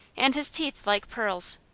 and his teeth like pearls.